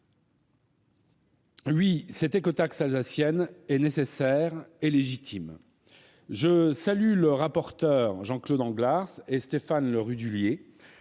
Oui, cette écotaxe alsacienne est nécessaire et légitime. Je salue MM. les rapporteurs Jean-Claude Anglars et Stéphane Le Rudulier,